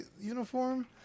uniform